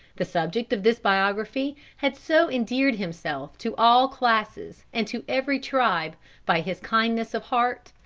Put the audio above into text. the subject of this biography had so endeared himself to all classes and to every tribe by his kindness of heart,